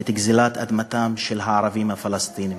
את גזלת אדמתם של הערבים הפלסטינים.